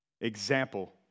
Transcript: example